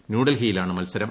ന്യൂഡൽഹിയിലാണ് മത്സരം